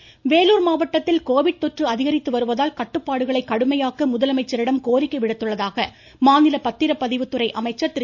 வீரமணி வேலூர் மாவட்டத்தில் கோவிட் தொற்று அதிகரித்து வருவதால் கட்டுப்பாடுகளை கடுமையாக்க முதலமைச்சரிடம் கோரிக்கை விடுத்துள்ளதாக மாநில பத்திரப் பதிவுத்துறை அமைச்சர் திரு